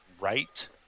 right